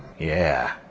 yeah,